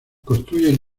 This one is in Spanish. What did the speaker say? construyen